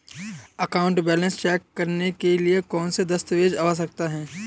Account balance check करने के लिए कौनसे दस्तावेज़ आवश्यक हैं?